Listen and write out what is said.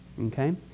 okay